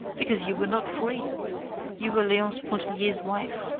because you were not free you were leonce pontellier's wife.